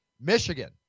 Michigan